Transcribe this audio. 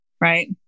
Right